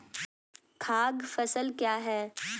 खाद्य फसल क्या है?